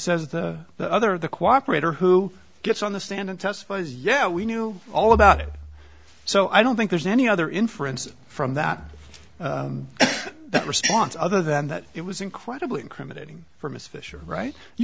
says the other the cooperate or who gets on the stand and testifies yeah we knew all about it so i don't think there's any other inference from that response other than that it was incredibly incriminating for ms fisher right you